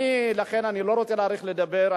לכן אני לא רוצה להאריך ולדבר,